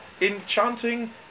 enchanting